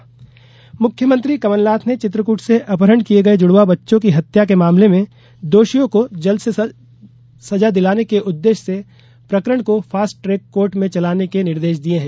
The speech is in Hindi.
मुख्यमंत्री निर्देश मुख्यमंत्री कमल नाथ ने चित्रकूट से अपहरण किए गए जुड़वा बच्चों की हत्या के मामले में दोषियों को जल्द से जल्द सजा दिलाने के उद्देश्य से प्रकरण को फास्ट ट्रैक कोर्ट में चलाने के निर्देश दिए हैं